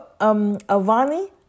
Avani